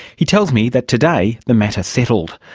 he tells me that today the matter settled.